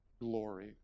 glory